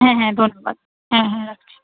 হ্যাঁ হ্যাঁ ধন্যবাদ হ্যাঁ হ্যাঁ রাখছি